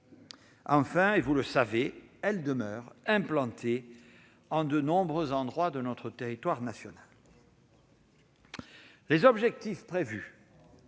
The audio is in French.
Enfin, comme vous le savez, elle reste implantée en de nombreux endroits de notre territoire national. Les objectifs visés